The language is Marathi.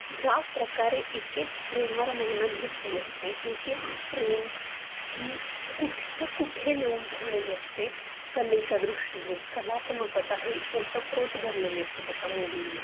ज्या प्रकारे एकेक फ्रेमवर मेहनत घेतलेली असते एकेक फ्रेम ही कुठच्या कुठे नेऊन ठेवलेली असते कलेच्या दृष्टीने कलात्मकता ही ओतप्रोत बरलेली असते त्याच्या मूवीजमध्ये